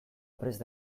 prest